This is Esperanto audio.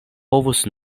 povus